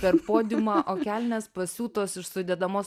per podiumą o kelnės pasiūtos iš sudedamos